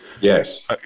yes